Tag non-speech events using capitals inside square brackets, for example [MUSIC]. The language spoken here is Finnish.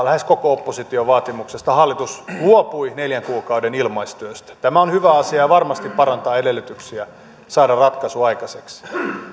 [UNINTELLIGIBLE] lähes koko opposition vaatimuksesta hallitus luopui neljän kuukauden ilmaistyöstä tämä on hyvä asia ja varmasti parantaa edellytyksiä saada ratkaisu aikaiseksi